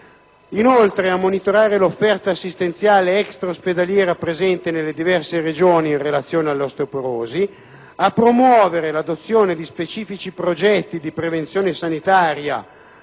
impegni a monitorare l'offerta assistenziale extraospedaliera presente nelle diverse Regioni in relazione all'osteoporosi, a promuovere l'adozione di specifici progetti di prevenzione sanitaria